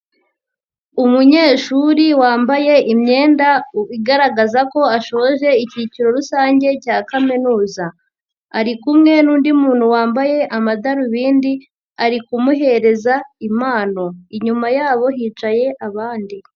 Umunyeshuri wambaye imyenda igaragaza ko ashoje icyiciro rusange cya kaminuza. Ari kumwe n'undi muntu wambaye amadarubindi, ari kumuhereza impano. Inyuma yabo hicaye abandi.